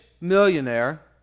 millionaire